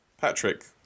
Patrick